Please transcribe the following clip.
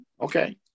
okay